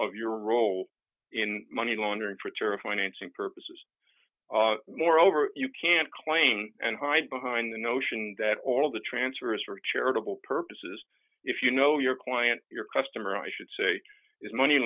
of your role in money laundering for a financing purposes moreover you can't claim and hide behind the notion that all the transfers for charitable purposes if you know your client your customer i should say is money